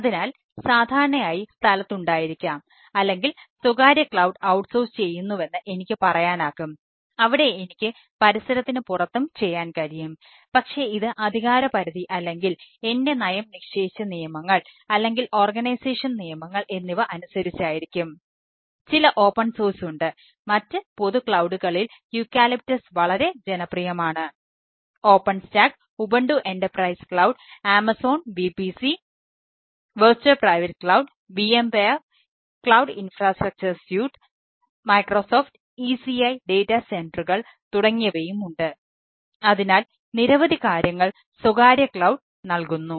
അതിനാൽ സാധാരണയായി സ്ഥലത്തുണ്ടായിരിക്കാം അല്ലെങ്കിൽ സ്വകാര്യ ക്ലൌഡ് ഔട്ട്സോഴ്സ് നൽകുന്നു